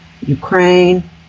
Ukraine